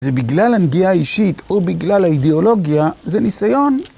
זה בגלל הנגיעה האישית או בגלל האידיאולוגיה, זה ניסיון.